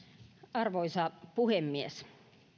arvoisa puhemies